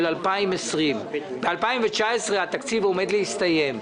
2020. התקציב של 2019 עומד להסתיים.